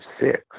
six